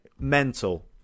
Mental